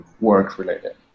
work-related